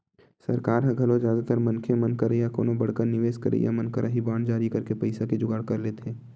सरकार ह घलो जादातर मनखे मन करा या कोनो बड़का निवेस करइया मन करा ही बांड जारी करके पइसा के जुगाड़ कर लेथे